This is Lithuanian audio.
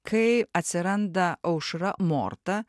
kai atsiranda aušra morta